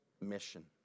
mission